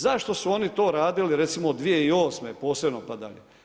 Zašto su oni to radilo recimo 2008. posebno pa dalje?